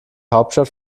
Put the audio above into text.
hauptstadt